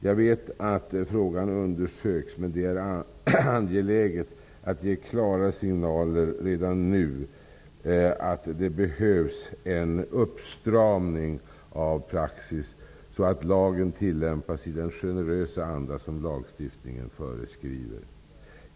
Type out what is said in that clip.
Jag vet att frågan undersöks, men det är angeläget att ge klara signaler redan nu om att det behövs en skärpning av praxis, så att lagen tillämpas i den generösa anda som lagstifningen föreskriver.